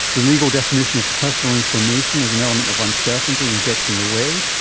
the legal definition of personal information is an element of uncertainty and gets in the way.